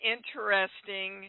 interesting